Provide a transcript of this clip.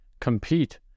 compete